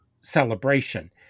celebration